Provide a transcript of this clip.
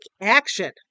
action